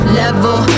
level